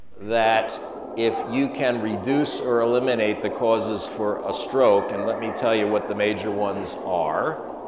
that if you can reduce or eliminate the causes for a stroke, and let me tell you what the major ones are.